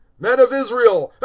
men of israel,